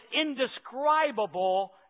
indescribable